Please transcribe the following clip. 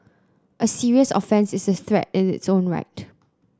a serious offence is a threat in its own right